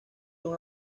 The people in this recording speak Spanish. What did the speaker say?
son